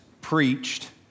preached